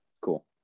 Cool